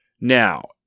Now